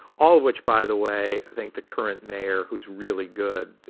all of which, by the way, think the current mayor, who's really good,